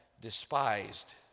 despised